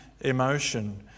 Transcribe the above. emotion